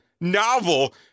novel